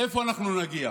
לאיפה אנחנו נגיע